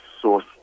source